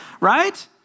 right